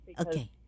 okay